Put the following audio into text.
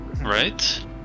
right